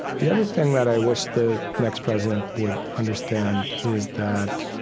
the other thing that i wish the next president would understand is that